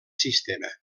sistema